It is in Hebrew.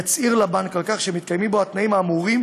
יצהיר לבנק על כך שמתקיימים בו התנאים האמורים